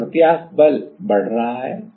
तो प्रत्यास्थ बल बढ़ रहा है